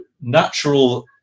natural